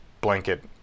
blanket